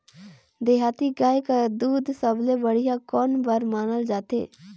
देहाती गाय कर दूध सबले बढ़िया कौन बर मानल जाथे?